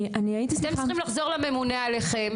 אתם צריכים לחזור לממונה עליכם